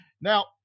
Now